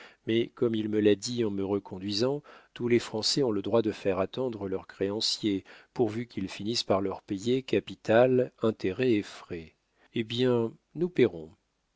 mais comme il me l'a dit en me reconduisant tous les français ont le droit de faire attendre leurs créanciers pourvu qu'ils finissent par leur payer capital intérêts et frais eh bien nous payerons